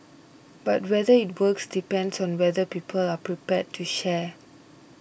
but whether it works depends on whether people are prepared to share